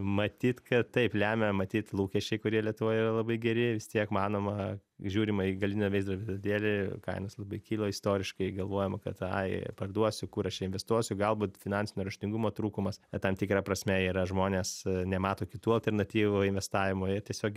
matyt kad taip lemia matyt lūkesčiai kurie lietuvoj yra labai geri vis tiek manoma žiūrima į galinio veizdo veidrodėlį kainos labai kyla istoriškai galvojama kad ai parduosiu kur aš čia investuosiu galbūt finansinio raštingumo trūkumas tam tikra prasme yra žmonės nemato kitų alternatyvų investavimo jie tiesiog